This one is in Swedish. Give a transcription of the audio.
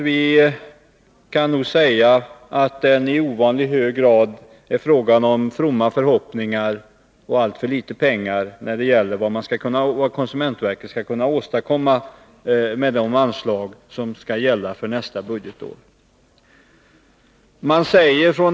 Vi kan nog säga att det i ovanligt hög grad är fråga om fromma förhoppningar och alltför litet pengar när det gäller vad konsumentverket skall kunna åstadkomma med de anslag som skall gälla för nästa budgetår.